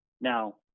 Now